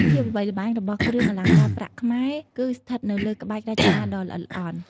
ភាពល្បីល្បាញរបស់គ្រឿងអលង្ការប្រាក់ខ្មែរ គឺស្ថិតនៅលើ ក្បាច់រចនា ដ៏ល្អិតល្អន់។